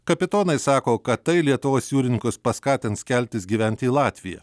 kapitonai sako kad tai lietuvos jūrininkus paskatins keltis gyventi į latviją